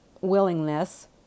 willingness